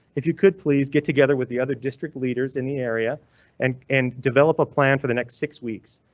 if you could please get together with the other district leaders in the area and and develop a plan for the next six weeks.